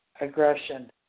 aggression